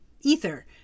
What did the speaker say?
ether